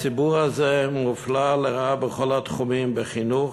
הציבור הזה מופלה לרעה בכל התחומים: בחינוך,